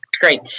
Great